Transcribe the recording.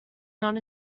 not